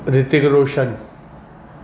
Hrithik Roshan